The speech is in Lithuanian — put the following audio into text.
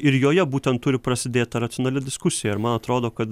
ir joje būtent turi prasidėt ta racionali diskusija man atrodo kad